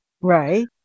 Right